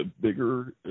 bigger